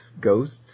ghosts